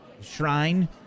shrine